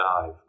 dive